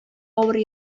авыр